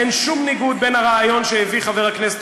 אין שום ניגוד בין הרעיון שהביא חבר הכנסת